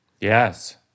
Yes